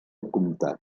comtat